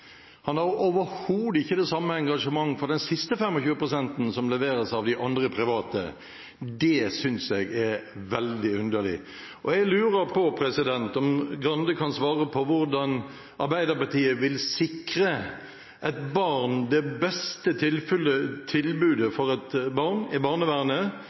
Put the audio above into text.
Han har overhodet ikke det samme engasjementet for de 25 pst. av barnevernstjenestene som leveres av de andre private. Det synes jeg er veldig underlig. Jeg lurer på om Grande kan svare på hvordan Arbeiderpartiet vil sikre et barn det beste tilbudet i barnevernet når de er